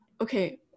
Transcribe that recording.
Okay